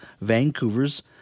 Vancouver's